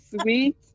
sweet